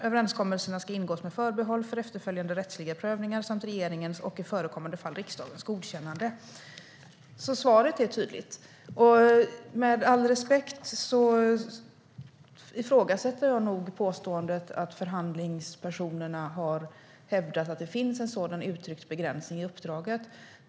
Överenskommelserna ska ingås med förbehåll för efterföljande rättsliga prövningar samt regeringens och i förekommande fall riksdagens godkännande. Svaret är alltså tydligt. Med all respekt ifrågasätter jag nog påståendet att förhandlingspersonerna har hävdat att det finns en sådan uttryckt begränsning i uppdraget.